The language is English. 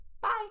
Bye